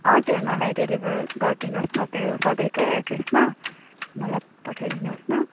हजुर मलाई डेलिभर गरिदिनुहोस् न त्यो सधैँको एड्रेसमा मलाई पठाइदिनुहोस् न